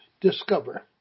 discover